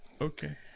Okay